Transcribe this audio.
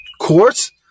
courts